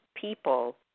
people